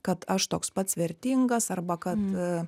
kad aš toks pats vertingas arba kad